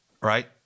right